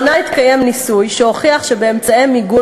לאחרונה התקיים ניסוי שהוכיח שבאמצעי מיגון